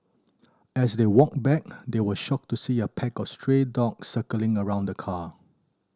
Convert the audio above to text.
as they walked back they were shocked to see a pack of stray dogs circling around the car